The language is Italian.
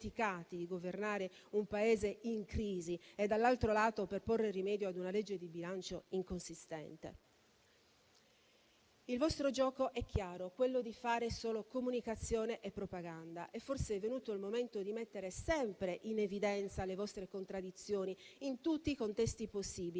di governare un Paese in crisi e, dall'altro lato, per porre rimedio ad una legge di bilancio inconsistente. Il vostro gioco è chiaro, quello di fare solo comunicazione e propaganda e forse è venuto il momento di mettere sempre in evidenza le vostre contraddizioni in tutti i contesti possibili,